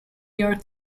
york